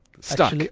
Stuck